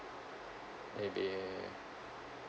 maybe